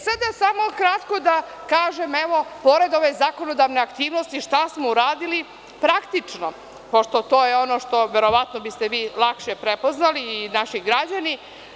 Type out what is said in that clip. Sada samo kratko da kažem, pored ove zakonodavne aktivnosti, šta smo uradili praktično, pošto to je ono što verovatno biste vi lakše prepoznali i naši građani.